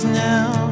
now